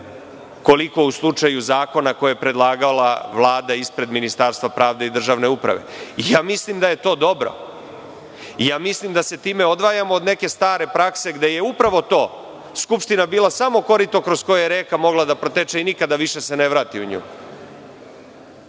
koliko je u slučaju zakona koje je predlagala Vlada ispred Ministarstva pravde i državne uprave. Mislim da je to dobro i mislim da se time odvajamo od neke stare prakse gde je upravo Skupština bila samo korito kroz koje je reka mogla da proteče i nikada više se ne vrati u nju.